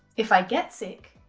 if i get sick,